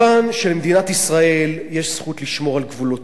למדינת ישראל יש זכות לשמור על גבולותיה,